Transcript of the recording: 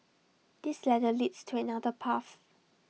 this ladder leads to another path